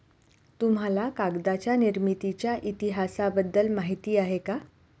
तुम्हाला कागदाच्या निर्मितीच्या इतिहासाबद्दल माहिती आहे का?